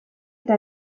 eta